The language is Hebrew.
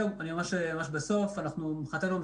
בהמשך מבחינתנו,